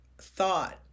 thought